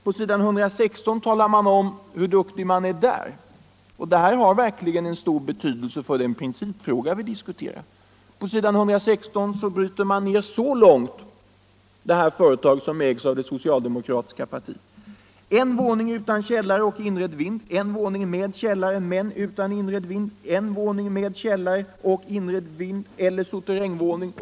På s. 116 talar man om hur bra man är i det fallet. Detta har verkligen en stor betydelse för den principfråga som vi diskuterar. På den sidan bryter man i det här företaget, som ägs av det socialdemokratiska partiet, ner så här långt: ”En våning utan källare och inredd vind En våning med källare men utan inredd vind En våning med källare och inredd vind eller suterrängvåning”.